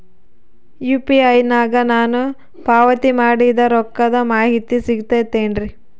UPI ನಾಗ ನಾನು ಪಾವತಿ ಮಾಡಿದ ರೊಕ್ಕದ ಮಾಹಿತಿ ಸಿಗುತೈತೇನ್ರಿ?